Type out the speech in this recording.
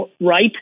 right